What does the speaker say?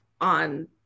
on